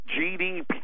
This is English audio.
GDP